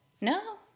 No